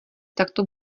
takto